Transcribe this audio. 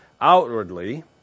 outwardly